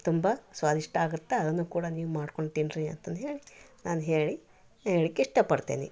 ತುಂಬಾ ಸ್ವಾಧಿಷ್ಟ ಆಗತ್ತ ಅದನ್ನು ಕೂಡ ನೀವು ಮಾಡ್ಕೊಂಡು ತಿನ್ನರಿ ಅಂತಂ ದುಹೇಳಿ ನಾನು ಹೇಳಿ ಹೇಳಲಿಕ್ಕೆ ಇಷ್ಟಪಡ್ತೇನಿ